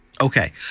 Okay